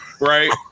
Right